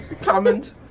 comment